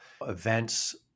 events